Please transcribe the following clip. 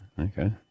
Okay